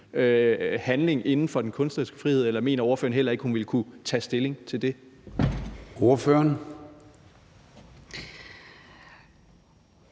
handling inden for den kunstneriske frihed, eller mener ordføreren heller ikke, at hun ville kunne tage stilling til det? Kl.